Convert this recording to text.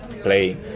play